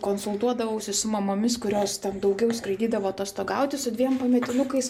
konsultuodavausi su mamomis kurios ten daugiau skraidydavo atostogauti su dviem pametinukais